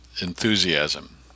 enthusiasm